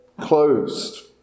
closed